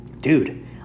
dude